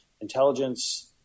intelligence